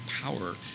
power